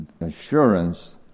assurance